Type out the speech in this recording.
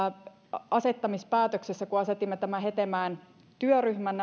asettamispäätöksessä kun asetimme tämän hetemäen työryhmän